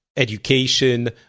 Education